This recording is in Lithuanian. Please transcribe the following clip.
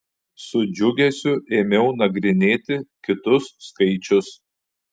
su džiugesiu ėmiau nagrinėti kitus skaičius